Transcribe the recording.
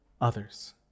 others